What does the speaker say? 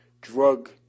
drug